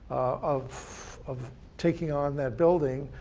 of of taking on that building,